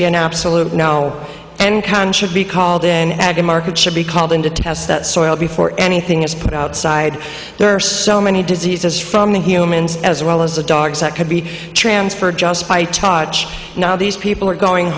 be an absolute no and con should be called in at the market should be called in to test that soil before anything is put outside there are so many diseases from the humans as well as the dogs that could be transferred just by touch now these people are going